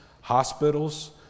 hospitals